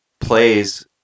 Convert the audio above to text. plays